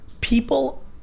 people